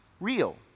real